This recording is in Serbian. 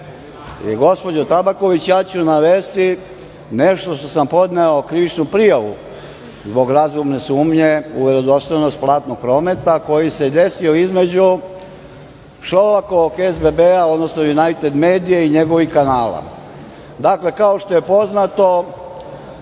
Gospođo Tabaković, ja ću navesti nešto što sam podneo krivičnu prijavu zbog razumne sumnje u verodostojnost platnog prometa , koji se desio između Šolakovog SBB, odnosno United Medija i njegovih kanala. Dakle, kao što je poznato,